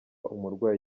umurwayi